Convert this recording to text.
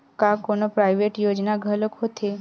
का कोनो प्राइवेट योजना घलोक होथे?